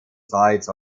sides